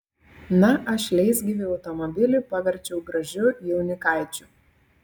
na aš leisgyvį automobilį paverčiau gražiu jaunikaičiu